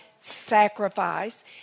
sacrifice